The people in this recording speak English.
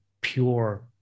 pure